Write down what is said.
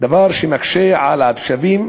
דבר שמקשה על התושבים,